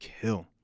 kill